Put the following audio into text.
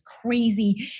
crazy